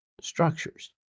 structures